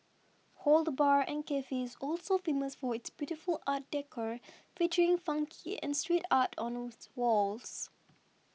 Hood Bar and cafe is also famous for its beautiful art decor featuring funky and street art on those walls